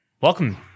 Welcome